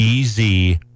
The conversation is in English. EZ